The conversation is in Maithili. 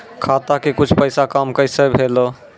खाता के कुछ पैसा काम कैसा भेलौ?